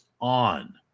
on